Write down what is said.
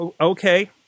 okay